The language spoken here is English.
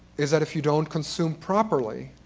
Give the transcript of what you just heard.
is that if you don't consume properly,